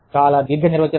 చాలా దీర్ఘ నిర్వచనం